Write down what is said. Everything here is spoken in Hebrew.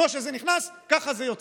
כמו שזה נכנס ככה זה יוצא.